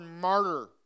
martyr